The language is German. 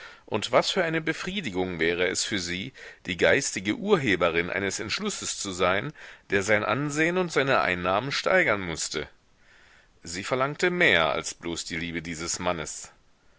und was für eine befriedigung wäre es für sie die geistige urheberin eines entschlusses zu sein der sein ansehen und seine einnahmen steigern mußte sie verlangte mehr als bloß die liebe dieses mannes